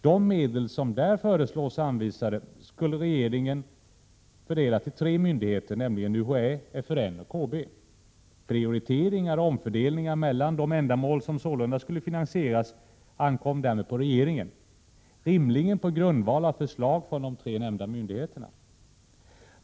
De medel som där föreslås anvisade skulle fördelas av regeringen till tre myndigheter, nämligen UHÄ, FRN och KB. Prioriteringar och omfördelningar mellan de ändamål som sålunda skulle finansieras ankom därmed på regeringen, rimligen på grundval av förslag från de tre nämnda myndigheterna.